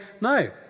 no